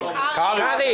קרעי